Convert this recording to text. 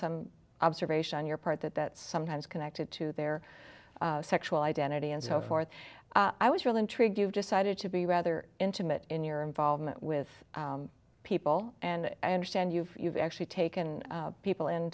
some observation on your part that that sometimes connected to their sexual identity and so forth i was really intrigued you decided to be rather intimate in your involvement with people and i understand you've you've actually taken people